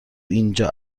اینجا